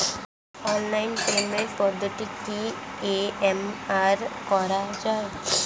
Online পেমেন্টের পদ্ধতিতে কি ই.এম.আই করা যায়?